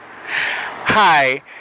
Hi